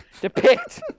depict